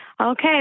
Okay